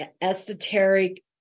esoteric